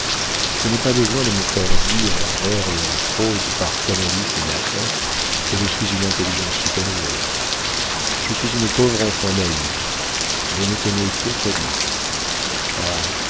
je n'ai pas besoin de me faire dire en vers et en prose par canalis et nathan que je suis une intelligence supérieure je suis une pauvre enfant naïve je ne connais que calyste ah